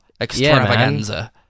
extravaganza